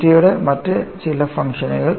തീറ്റയുടെ മറ്റ് ചില ഫംഗ്ഷൻങ്ങൾ